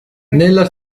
nella